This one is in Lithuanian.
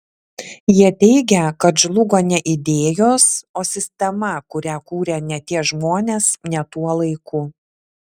jie teigia kad žlugo ne idėjos o sistema kurią kūrė ne tie žmonės ne tuo laiku